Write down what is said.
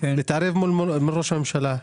להתערב מול ראש הממשלה.